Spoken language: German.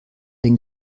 den